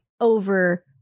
over